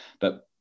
but-